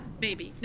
maybe. no,